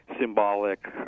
symbolic